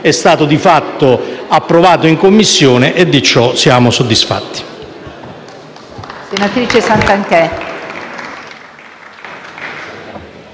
è stato approvato in Commissione e di ciò siamo soddisfatti.